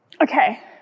Okay